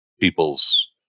people's